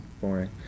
Boring